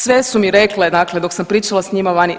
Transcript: Sve su mi rekle, dakle dok sam pričala sa njima vani.